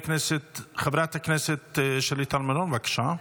חברת הכנסת שלי טל מירון, בבקשה.